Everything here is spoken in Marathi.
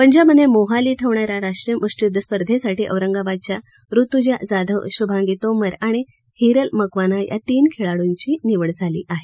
पंजाबमधे मोहाली इथं होणाऱ्या राष्ट्रीय मुष्टीयुद्ध स्पर्धेसाठी औरंगाबादच्या ऋतुजा जाधव शुभांगी तोमर आणि हिरल मकवाना या तीन खेळाडूंची निवड झाली आहे